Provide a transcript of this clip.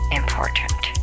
important